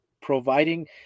providing